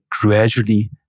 gradually